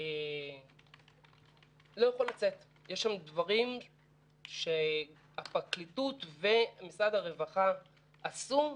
יש שם דברים שהפרקליטות ומשרד הרווחה עשו,